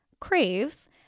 craves